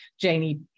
Janie